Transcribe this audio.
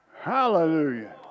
Hallelujah